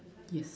yes